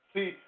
See